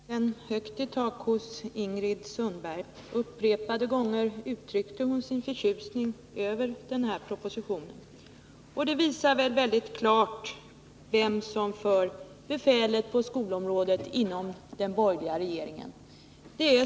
Herr talman! Glädjen står verkligen högt i tak hos Ingrid Sundberg. Upprepade gånger uttryckte hon sin förtjusning över den här propositionen. Det visar mycket klart vem som för befälet på skolområdet inom den borgerliga regeringen.